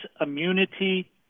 immunity